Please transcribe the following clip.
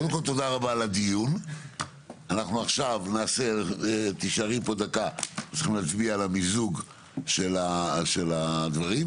אנחנו צריכים להצביע עכשיו על המיזוג של הדברים,